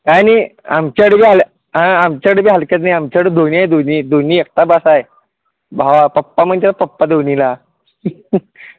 काय नाही आमच्याकडे बी आलं आमच्याकडे बी हलक्यात नाही आमच्याकडे बी धोनी आहे धोनी धोनी एकटा बस्स आहे भावा पप्पा म्हटल्यावर पप्पा धोनीला